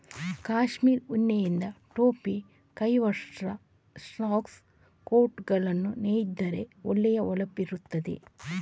ಕಾಶ್ಮೀರ್ ಉಣ್ಣೆಯಿಂದ ಟೊಪ್ಪಿ, ಕೈಗವಸು, ಸಾಕ್ಸ್, ಕೋಟುಗಳನ್ನ ನೇಯ್ದರೆ ಒಳ್ಳೆ ಹೊಳಪಿರ್ತದೆ